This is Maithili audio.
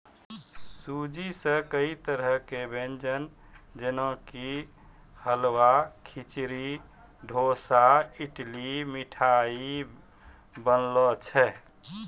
सूजी सॅ कई तरह के व्यंजन जेना कि हलवा, खिचड़ी, डोसा, इडली, मिठाई बनै छै